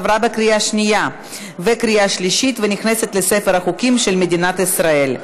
עברה בקריאה שנייה וקריאה שלישית ונכנסת לספר החוקים של מדינת ישראל.